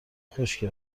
خشکه